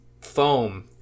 foam